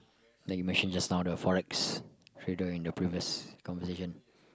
that you machine just now the Forex hidden in the previous conversation